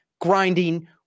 grinding